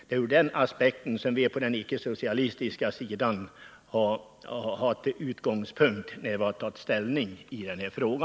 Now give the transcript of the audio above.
Det är den aspekten som vi på den icke-socialistiska sidan har som utgångspunkt när det gäller att ta ställning i denna fråga.